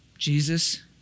Jesus